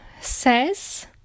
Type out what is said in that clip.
says